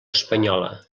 espanyola